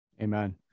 Amen